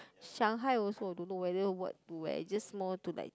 Shanghai I also I don't know whether what to wear it's just more to like